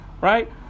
right